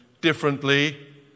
differently